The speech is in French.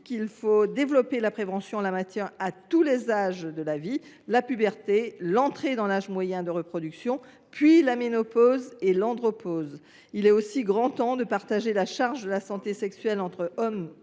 convient de développer la prévention en la matière à tous les âges de la vie : la puberté, l’entrée dans l’âge moyen de reproduction, puis la ménopause ou l’andropause. Il est également grand temps de partager la charge de la santé sexuelle entre les